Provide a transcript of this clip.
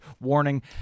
warning